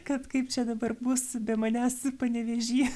kad kaip čia dabar bus be manęs panevėžy